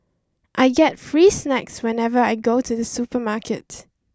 I get free snacks whenever I go to the supermarket